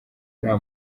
nta